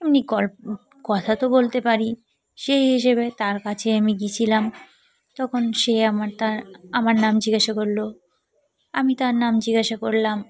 এমনি গল্প কথা তো বলতে পারি সেই হিসেবে তার কাছে আমি গিয়েছিলাম তখন সে আমার তার আমার নাম জিজ্ঞাসা করল আমি তার নাম জিজ্ঞাসা করলাম